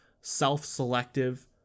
self-selective